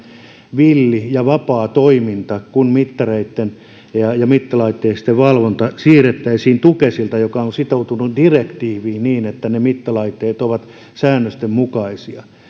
villi ja vapaa toiminta kun mittareitten ja ja mittalaitteistojen valvonta siirrettäisiin tukesilta joka on sitoutunut direktiiviin niin että mittalaitteet ovat säännösten mukaisia